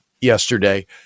yesterday